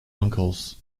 uncles